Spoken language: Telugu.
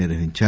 నిర్వహించారు